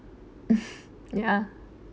ya